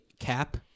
Cap